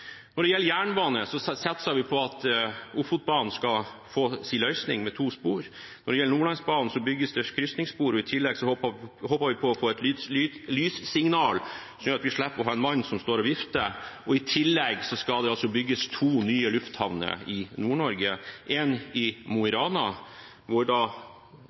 Når det gjelder jernbane, satser vi på at Ofotbanen skal få sin løsning med to spor. Når det gjelder Nordlandsbanen, bygges det krysningsspor, og i tillegg håper vi på å få et lyssignal, slik at vi slipper å ha en mann som står og vifter. I tillegg skal det bygges to nye lufthavner i Nord-Norge, én i Mo i Rana, hvor da